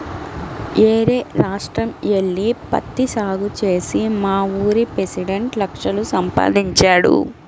యేరే రాష్ట్రం యెల్లి పత్తి సాగు చేసి మావూరి పెసిడెంట్ లక్షలు సంపాదించాడు